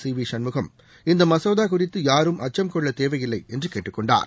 CV Shanmugam இந்த மசோதா குறித்து யாரும் அச்சம் கொள்ளத் தேவையில்லை என்று கேட்டுக் கொண்டார்